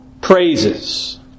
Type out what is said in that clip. praises